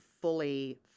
fully